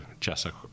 Jessica